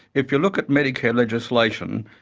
if you look at medicare legislation,